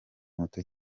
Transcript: muto